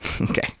okay